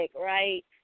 right